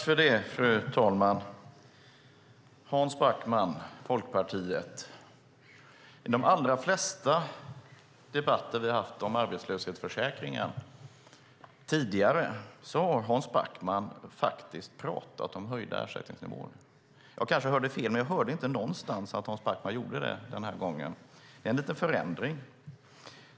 Fru talman! Hans Backman, Folkpartiet! I de allra flesta debatter vi tidigare har haft om arbetslöshetsförsäkringen har Hans Backman pratat om höjda ersättningsnivåer. Jag kanske hörde fel, men jag hörde inte att Hans Backman gjorde det den här gången. Det är en liten förändring.